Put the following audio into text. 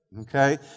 okay